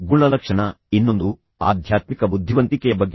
ಗುಣಲಕ್ಷಣ ಇನ್ನೊಂದು ಆಧ್ಯಾತ್ಮಿಕ ಬುದ್ಧಿವಂತಿಕೆಯ ಬಗ್ಗೆ